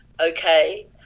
okay